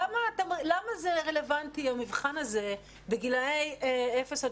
למה זה רלוונטי המבחן הזה בגילאי אפס עד